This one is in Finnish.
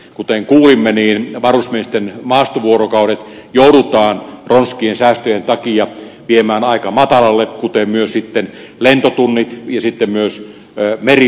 kuten kuulimme varusmiesten maastovuorokaudet joudutaan ronskien säästöjen takia viemään aika matalalle kuten myös lentotunnit ja merivuorokaudet